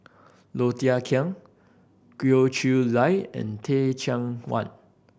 Low Thia Khiang Goh Chiew Lye and Teh Cheang Wan